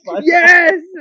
Yes